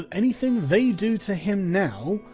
anything they do to him now,